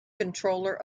controller